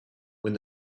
when